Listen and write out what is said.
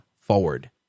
forward